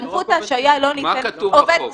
לא רק עובד חינוך.